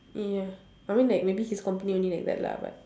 ya I mean like maybe his company only like that lah but